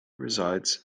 resides